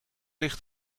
ligt